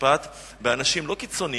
לא נרצה למלא את בתי-המשפט,